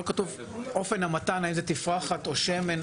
כתוב אופן המתן האם זה תפרחת או שמן,